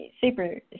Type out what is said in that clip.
super